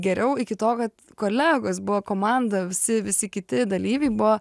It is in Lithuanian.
geriau iki to kad kolegos buvo komanda visi visi kiti dalyviai buvo